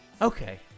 Okay